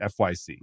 FYC